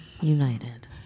United